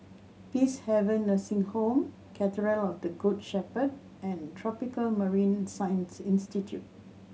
Peacehaven Nursing Home Cathedral of the Good Shepherd and Tropical Marine Science Institute